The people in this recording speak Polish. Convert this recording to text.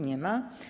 Nie ma.